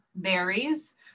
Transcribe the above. varies